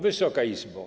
Wysoka Izbo!